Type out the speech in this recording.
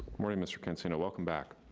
morning, mr. cancino, welcome back.